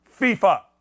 FIFA